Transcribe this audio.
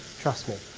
trust me.